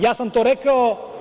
Ja sam to rekao.